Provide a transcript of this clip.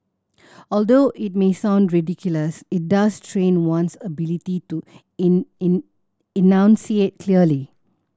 although it may sound ridiculous it does train one's ability to enunciate clearly